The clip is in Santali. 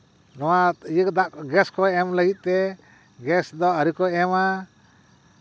ᱱᱚᱣᱟ ᱤᱭᱟᱹ ᱫᱟᱜ ᱜᱮᱥ ᱠᱚ ᱮᱢ ᱞᱟᱹᱜᱤᱫ ᱛᱮ ᱜᱮᱥ ᱫᱚ ᱟᱹᱣᱨᱤ ᱠᱚ ᱮᱢᱟ